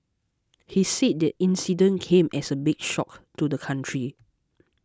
he said the incident came as a big shock to the country